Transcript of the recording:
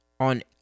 On